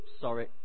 sorry